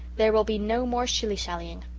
there will be no more shilly-shallying.